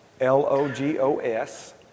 L-O-G-O-S